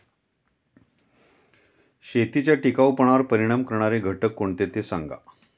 शेतीच्या टिकाऊपणावर परिणाम करणारे घटक कोणते ते सांगा